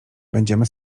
będziemy